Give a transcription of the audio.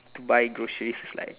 buy groceries is like